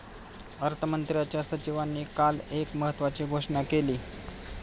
अर्थमंत्र्यांच्या सचिवांनी काल एक महत्त्वाची घोषणा केली